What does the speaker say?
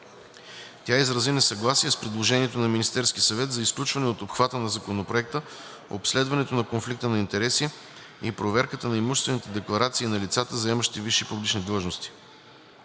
Тя изрази несъгласие с предложението на Министерския съвет за изключване от обхвата на Законопроекта обследването на конфликта на интереси и проверката на имуществените декларации на лицата, заемащи висши публични длъжности.